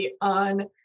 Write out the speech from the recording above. on